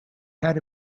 had